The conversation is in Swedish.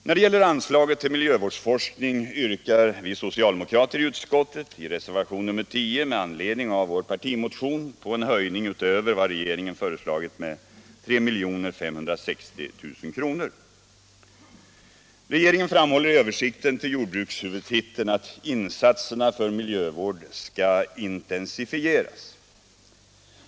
När det gäller anslagen till miljövårdsforskning yrkar vi socialdemokrater i utskottet i reservationen 10 med anledning av vår partimotion på en höjning utöver vad regeringen har föreslagit med 3 560 000 kr. Regeringen framhåller i översikten till jordbrukshuvudtiteln att insatserna för miljövård skall intensifieras.